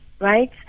right